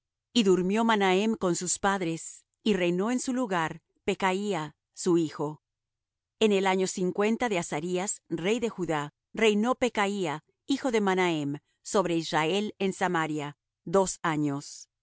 y durmió manahem con sus padres y reinó en su lugar pekaía su hijo en el año cincuenta de azarías rey de judá reinó pekaía hijo de manahem sobre israel en samaria dos